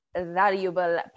valuable